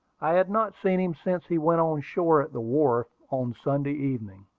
i had not seen him since he went on shore at the wharf, on saturday evening.